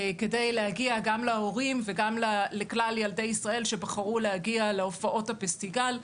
כדי להגיע גם להורים וגם לכלל ילדי ישראל שבחרו להגיע להופעות הפסטיגל.